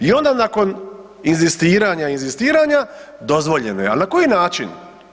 I onda nakon inzistiranja, inzistiranja, dozvoljeno je, ali na koji način?